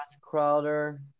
Crowder